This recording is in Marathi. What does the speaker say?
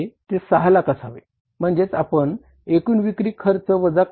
ते 3 लाख असावे म्हणजे आपण एकूण विक्री खर्च वजा केला